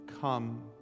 come